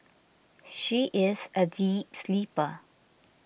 she is a deep sleeper